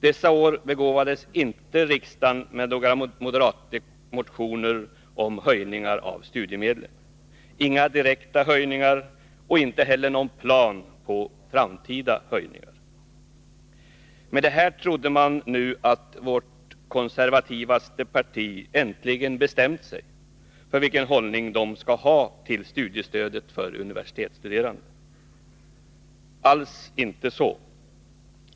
Dessa år begåvades inte riksdagen med några moderatmotioner om höjningar av studiemedlen — man föreslog inga direkta höjningar, och inte heller begärdes någon plan för framtida höjningar. Med detta trodde man att vårt konservativaste parti äntligen hade bestämt sig för vilken hållning de skulle inta i fråga om studiestödet för universitetsstuderande. Men alls inte så!